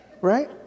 right